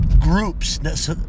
groups